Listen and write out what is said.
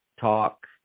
Talk